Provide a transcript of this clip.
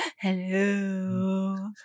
Hello